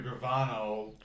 Gravano